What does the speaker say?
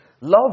love